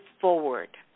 forward